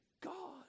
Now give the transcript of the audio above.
God